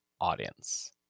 audience